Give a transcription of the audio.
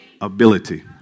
ability